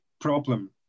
problem